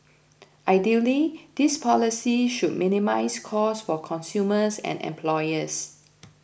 ideally these policies should minimise cost for consumers and employers